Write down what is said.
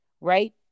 right